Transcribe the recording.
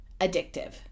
addictive